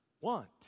want